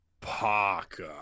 parker